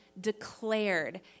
declared